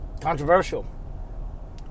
controversial